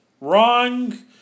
Wrong